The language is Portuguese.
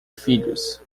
filhos